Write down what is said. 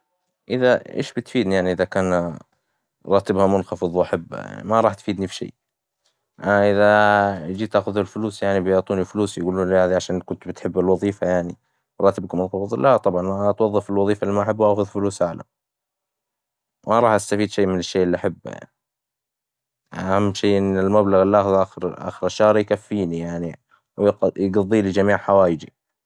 إذا، إيش بتفيد يعني إذا كان راتبها منخفظ واحبها يعني، ما راح تفيدني في شي، م- إذا جيت آخذ الفلوس يعني بيعطوني فلوس، يقولولي هاذي عشان كنت بتحب الوظيفة يعني، راتبك مظبوط؟ لا، أتوظف في الوظيفا إللي ما أحبها وآخذ فلوس أعلى، ما راح استفيد شي من الشي إللي احبه يعني، أهم شي إن المبلغ إللي آخذه آخر الشهر يكفيني يعني، ويق- يقظيلي جميع حوايجي.